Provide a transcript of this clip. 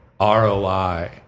ROI